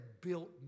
built